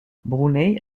brunei